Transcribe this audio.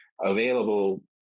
available